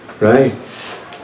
Right